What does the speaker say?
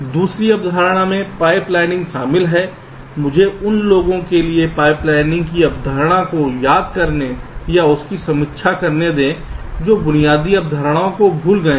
दूसरी अवधारणा में पाइपलाइनिंग शामिल है मुझे उन लोगों के लिए पाइपलाइनिंग की अवधारणा को याद करने या उनकी समीक्षा करने दें जो बुनियादी अवधारणाओं को भूल गए हैं